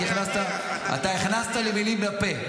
כי הכנסת --- אתה --- אתה הכנסת לי מילים לפה.